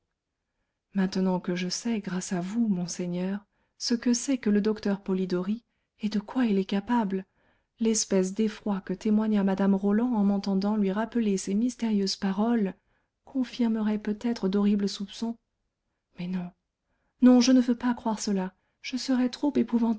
maintenant que je sais grâce à vous monseigneur ce que c'est que le docteur polidori et de quoi il est capable l'espèce d'effroi que témoigna mme roland en m'entendant lui rappeler ces mystérieuses paroles confirmerait peut-être d'horribles soupçons mais non non je ne veux pas croire cela je serais trop épouvantée